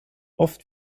oft